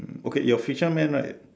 okay your fisherman right